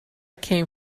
came